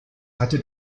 hatte